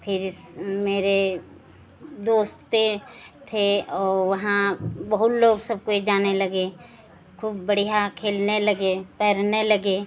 फिर मेरे दोस्त थे और वहाँ बहुत लोग सब कोई जाने लगे खूब बढ़ियाँ खेलने लगे तैरने लगे